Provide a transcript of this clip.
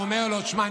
ואומר לו: שמע,